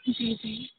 ਜੀ ਜੀ